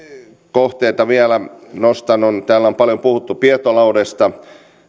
kohteita vielä nostan täällä on paljon puhuttu biotaloudesta